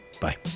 bye